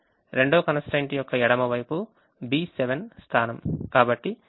రెండవ constraint యొక్క ఎడమ వైపు B7 స్థానం